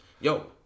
yo